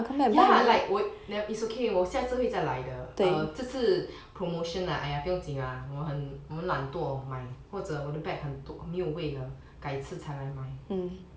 ya like 我 it's okay 我下次会再来的这次 promotion ah !aiya! 不用紧啦我很我很懒惰买或者我的 bag 很多没有位了改次才来买